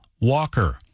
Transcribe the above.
Walker